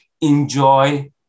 enjoy